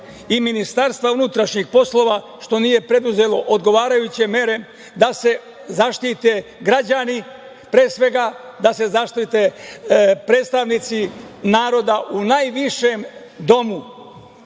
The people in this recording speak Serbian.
rukovodstva i MUP što nije preduzelo odgovarajuće mere da se zaštite građani, pre svega da se zaštite predstavnici naroda u najvišem domu